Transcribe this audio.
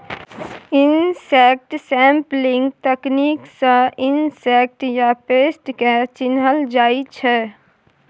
insect sampling तकनीक सँ insect या पेस्ट केँ चिन्हल जाइ छै